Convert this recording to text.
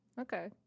Okay